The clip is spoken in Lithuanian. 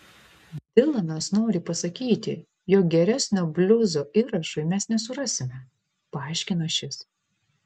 dilanas nori pasakyti jog geresnio bliuzo įrašui mes nesurasime paaiškino šis